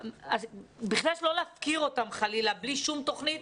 בהחלט לא להפקיר אותם חלילה בלי שום תוכנית.